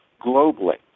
globally